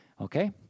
okay